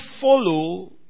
follow